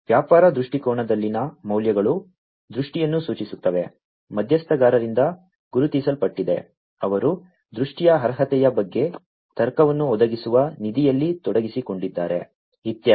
ವ್ಯಾಪಾರ ದೃಷ್ಟಿಕೋನದಲ್ಲಿನ ಮೌಲ್ಯಗಳು ದೃಷ್ಟಿಯನ್ನು ಸೂಚಿಸುತ್ತವೆ ಮಧ್ಯಸ್ಥಗಾರರಿಂದ ಗುರುತಿಸಲ್ಪಟ್ಟಿದೆ ಅವರು ದೃಷ್ಟಿಯ ಅರ್ಹತೆಯ ಬಗ್ಗೆ ತರ್ಕವನ್ನು ಒದಗಿಸುವ ನಿಧಿಯಲ್ಲಿ ತೊಡಗಿಸಿಕೊಂಡಿದ್ದಾರೆ ಇತ್ಯಾದಿ